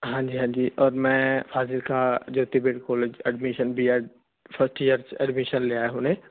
ਹਾਂਜੀ ਹਾਂਜੀ ਅਤੇ ਮੈਂ ਫਾੜ ਕਾਲਜ ਐਡਮਿਸ਼ਨ ਵੀ ਹੈ ਫਸਟ ਐਡਮਿਸ਼ਨ ਲਿਆ ਹਨ